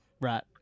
Right